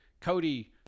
Cody